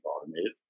automated